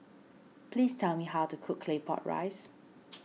please tell me how to cook Claypot Rice